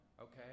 okay